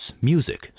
music